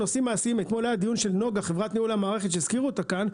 אתמול היה דיון של חברת ניהול המערכת נגה שהזכירו כאן,